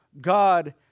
God